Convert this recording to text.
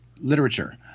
literature